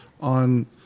On